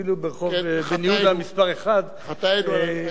ואפילו ברחוב בן-יהודה מס' 1. כן, חטאינו.